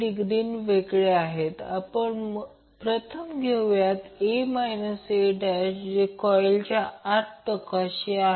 तर आता केस 2 मग या प्रकरणात इम्पेडन्स ZL हा व्हेरिएबल रेझिस्टन्स आणि व्हेरिएबल रिअॅक्टन्ससह आहे